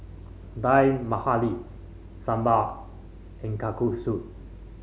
Dal Makhani Sambar and Kalguksu